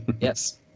Yes